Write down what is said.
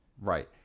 Right